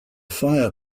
fire